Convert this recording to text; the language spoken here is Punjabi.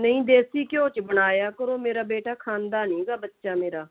ਨਹੀਂ ਦੇਸੀ ਘਿਓ 'ਚ ਬਣਾਇਆ ਕਰੋ ਮੇਰਾ ਬੇਟਾ ਖਾਂਦਾ ਨਹੀਂ ਹੈਗਾ ਬੱਚਾ ਮੇਰਾ